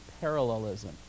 parallelism